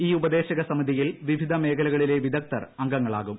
ഈ ഉപദേശക സമിതിയിൽ വിവിധ മേഖലയിലെ വിദഗ്ദ്ധർ അംഗങ്ങളാകും